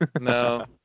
No